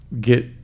get